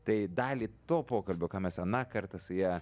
tai dalį to pokalbio ką mes aną kartą su ja